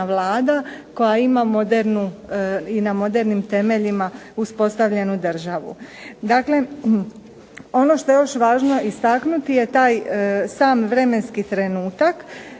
Vlada koja ima modernu i na modernim temeljima uspostavljenu državu. Dakle, ono što je još važno istaknuti je taj sam vremenski trenutak.